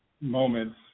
moments